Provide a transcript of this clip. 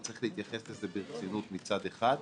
וצריך להתייחס לזה ברצינות מצד אחד.